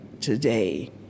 today